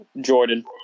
Jordan